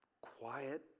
quiet